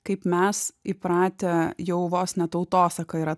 kaip mes įpratę jau vos ne tautosaka yra